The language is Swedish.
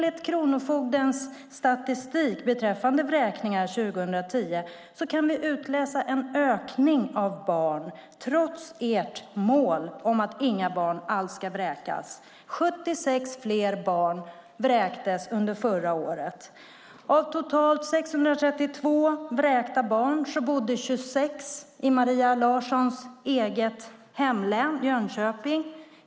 Av kronofogdens statistik beträffande vräkningar 2010 kan vi utläsa att det skett en ökning av antalet barn, trots regeringens mål om att inga barn ska vräkas. 76 fler barn vräktes under förra året. Av totalt 632 vräkta barn bodde 26 i Maria Larssons hemlän Jönköping.